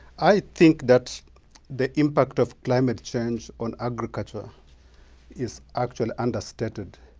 i think that the impact of climate change on agriculture is actually understated